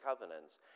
covenants